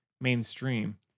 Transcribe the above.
Mainstream